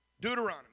Deuteronomy